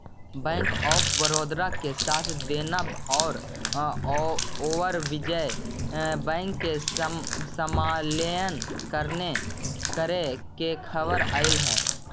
bank of Baroda के साथ देना औउर विजय बैंक के समामेलन करे के खबर अले हई